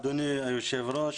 אדוני היושב-ראש,